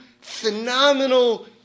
phenomenal